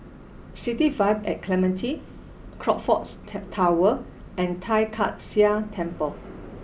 City Vibe at Clementi Crockfords Tower and Tai Kak Seah Temple